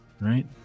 Right